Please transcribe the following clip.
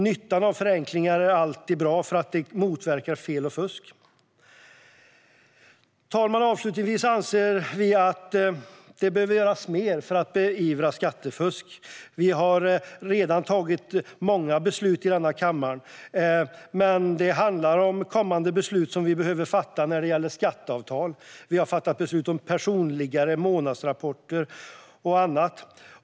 Det finns alltid en nytta med förenklingar, för de motverkar fel och fusk. Herr talman! Avslutningsvis anser vi att det behöver göras mer för att beivra skattefusk. Vi har redan fattat många beslut i denna kammare, men detta handlar om kommande beslut som vi behöver fatta när det gäller skatteavtal. Vi har fattat beslut om personalliggare, månadsrapporter och annat.